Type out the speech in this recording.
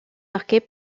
marquée